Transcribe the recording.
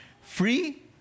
Free